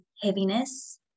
heaviness